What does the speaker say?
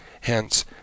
Hence